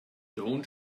don’t